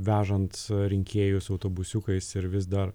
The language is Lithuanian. vežant rinkėjus autobusiukais ir vis dar